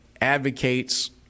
advocates